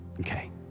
okay